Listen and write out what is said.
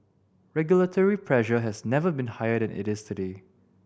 regulatory pressure has never been higher than it is today